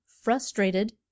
frustrated